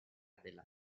della